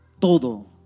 Todo